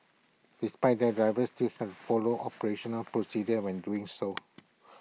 despite that drivers stills have follow operational procedures when doing so